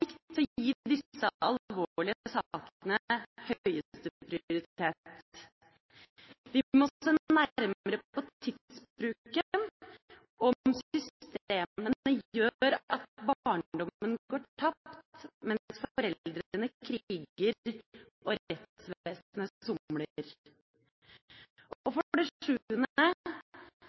til å gi disse alvorlige sakene høyeste prioritet. Vi må se nærmere på tidsbruken, og om systemene gjør at barndommen går tapt mens foreldrene kriger og rettsvesenet somler. Og for det